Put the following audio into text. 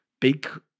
big